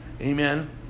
amen